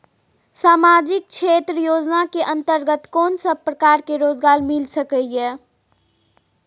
सामाजिक क्षेत्र योजना के अंतर्गत कोन सब प्रकार के रोजगार मिल सके ये?